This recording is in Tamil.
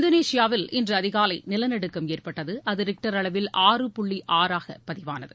இந்தோனேஷியாவில் இன்று அதிகாலை நிலநடுக்கம் ஏற்பட்டது அது ரிக்டர் அளவில் ஆறு புள்ளி ஆறாக பதிவானது